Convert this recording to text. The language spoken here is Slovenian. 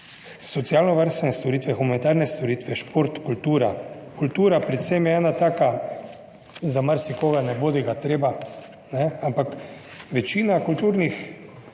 Socialno varstvene storitve, humanitarne storitve, šport, kultura. Kultura je predvsem ena taka za marsikoga, ne bodi ga treba, ne, ampak večina kulturnih